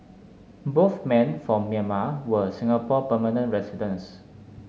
both men from Myanmar were Singapore permanent residents